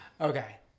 Okay